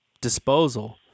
disposal